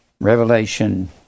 Revelation